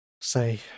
say